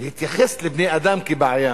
להתייחס לבני-אדם כבעיה